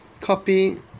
Copy